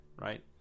right